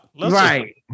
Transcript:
Right